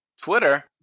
Twitter